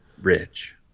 rich